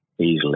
easily